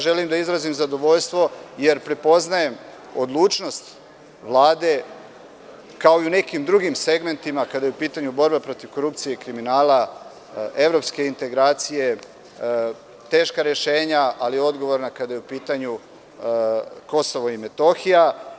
Želim da izrazim zadovoljstvo, jer prepoznajem odlučnost Vlade, kao i u nekim drugim segmentima, kada je u pitanju borba protiv korupcije i kriminala, evropske integracije, teška rešenja, ali odgovorna kada je u pitanju Kosovo i Metohija.